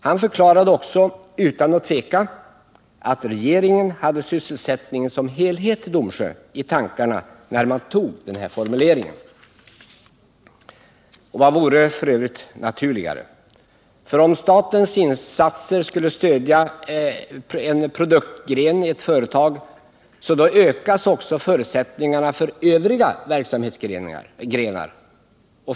Han förklarade då utan att tveka att regeringen hade sysselsättningen som helhet i Domsjö i tankarna när man valde denna formulering. Vad vore för övrigt naturligare? Om staten genom sina insatser stöder en produktgren i ett företag ökas förutsättningarna för övriga verksamhetsgrenar.